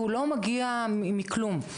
והוא לא מגיע מכלום.